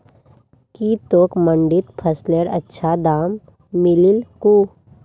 की तोक मंडीत फसलेर अच्छा दाम मिलील कु